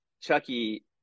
chucky